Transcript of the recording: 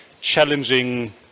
challenging